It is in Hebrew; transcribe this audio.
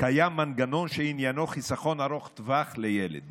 קיים מנגנון שעניינו חיסכון ארוך טווח לילד.